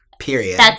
Period